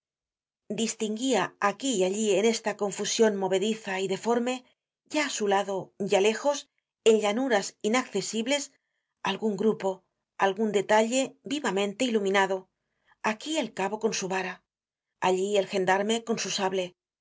distinguia aquí y allí en esta confusion movediza y deforme ya á su lado ya lejos i en harturas inaccesibles algun grupo algun detalle vivamente iluminado aquí el cabo con su vara allí el gendarme con su sable mas